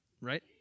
right